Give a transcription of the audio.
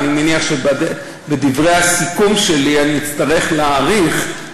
ואני מניח שבדברי הסיכום שלי אני אצטרך להאריך,